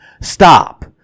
Stop